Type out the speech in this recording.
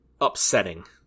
upsetting